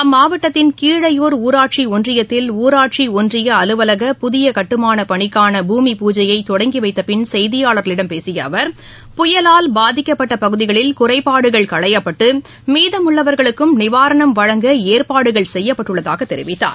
அம்மாவட்டத்தின் கீழையூர் ஊராட்சி ஒன்றியத்தில் ஊராட்சி ஒன்றிய அலுவலக புதிய கட்டுமானப் பணிக்கான பூமி பூஜையை தொடங்கிவைத்த பின் செய்தியாளர்களிடம் பேசிய அவர் புயலால் பாதிக்கப்பட்ட பகுதிகளில் குறைபாடுகள் களையப்பட்டு மீதமுள்ளவர்களுக்கும் நிவாரணம் வழங்க ஏற்பாடுகள் செய்யப்பட்டுள்ளதாகத் தெரிவித்தார்